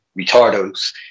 retardos